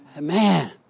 Man